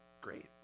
Great